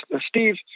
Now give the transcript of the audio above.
Steve